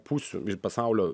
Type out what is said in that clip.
pusių pasaulio